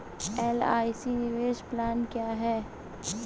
LIC निवेश plan क्या है?